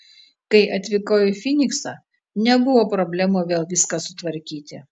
kai atvykau į fyniksą nebuvo problemų vėl viską sutvarkyti